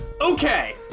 okay